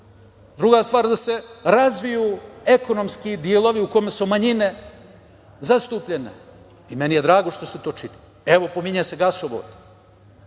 Druga stvar, da se razviju ekonomski delovi u kome su manjine zastupljene. Meni je drago što se to čini. Evo, pominje se gasovod.